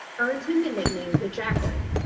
earned him the nickname the jackal.